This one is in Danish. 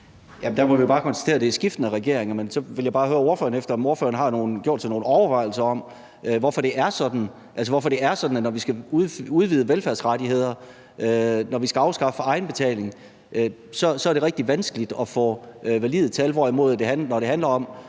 Der må vi bare konstatere, at det er skiftende regeringer. Men så vil jeg bare høre ordføreren, om ordføreren har gjort sig nogen overvejelser om, hvorfor det er sådan, altså hvorfor det er sådan, at når vi skal udvide velfærdsrettigheder, når vi skal afskaffe egenbetaling, er det rigtig vanskeligt at få valide tal, hvorimod vi, når det handler om